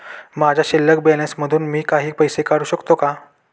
माझ्या शिल्लक बॅलन्स मधून मी काही पैसे काढू शकतो का?